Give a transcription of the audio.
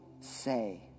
say